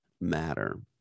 matter